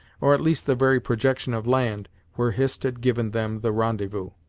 or at least the very projection of land where hist had given them the rendezvous!